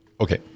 Okay